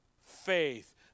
faith